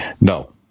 No